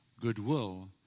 goodwill